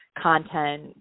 content